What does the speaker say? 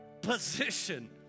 position